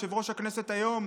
יושב-ראש הכנסת היום,